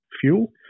fuel